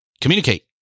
communicate